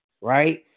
right